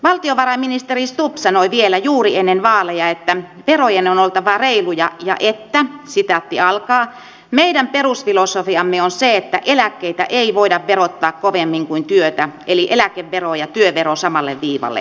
valtiovarainministeri stubb sanoi vielä juuri ennen vaaleja että verojen on oltava reiluja ja että meidän perusfilosofiamme on se että eläkkeitä ei voida verottaa kovemmin kuin työtä eli eläkevero ja työvero samalle viivalle